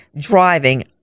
driving